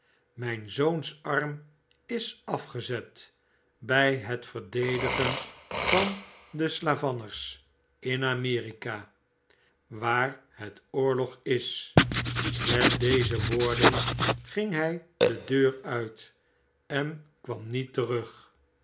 mijn zoons arm is afgezet bij het verdedigen van de slayanners in amerika waar het oorlog is met deze woorden ging hij de deur uit en kwam niet terug